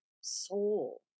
soul